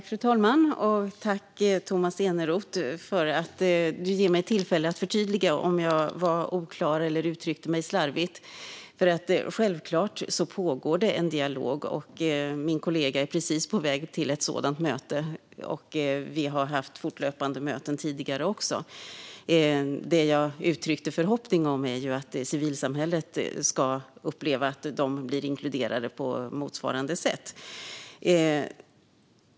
Fru talman! Tack, Tomas Eneroth, för att du ger mig tillfälle att förtydliga om jag var oklar eller uttryckte mig slarvigt! Självklart pågår det en dialog, och min kollega är precis på väg till ett sådant möte. Vi har fortlöpande haft möten tidigare också. Det jag uttryckte förhoppning om var att civilsamhället ska uppleva att de blir inkluderade på motsvarande sätt.